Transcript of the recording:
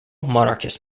monarchist